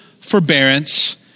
forbearance